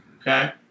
Okay